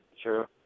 sure